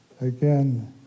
Again